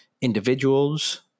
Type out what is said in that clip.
individuals